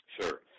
Sure